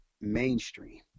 mainstream